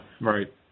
right